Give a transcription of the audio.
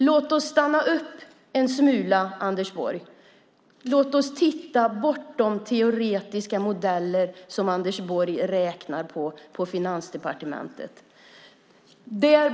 Låt oss stanna upp en smula och titta bortom de teoretiska modeller som Anders Borg räknar på på Finansdepartementet.